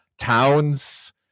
towns